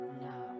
now